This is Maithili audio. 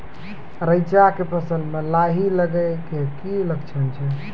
रैचा के फसल मे लाही लगे के की लक्छण छै?